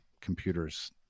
computers